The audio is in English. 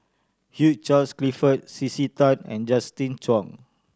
Hugh Charles Clifford C C Tan and Justin Zhuang